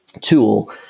tool